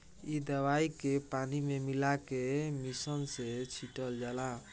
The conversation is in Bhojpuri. इ दवाई के पानी में मिला के मिशन से छिटल जाला